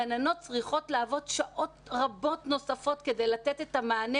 הגננות צריכות לעבוד שעות נוספות רבות כדי לתת את המענה